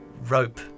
rope